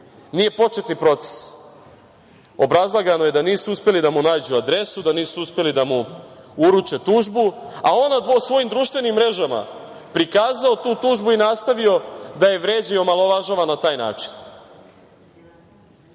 Nije počet ni proces. Obrazlagano je da nisu uspeli da mu nađu adresu, da nisu uspeli da mu uruče tužbu, a on je na svojim društvenim mrežama prikazao tu tužbu i nastavio da je vređa i omalovažava na taj način. Pre